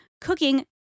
cooking